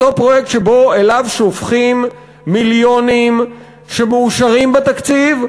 אותו פרויקט שאליו שופכים מיליונים שמאושרים בתקציב,